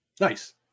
Nice